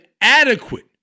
adequate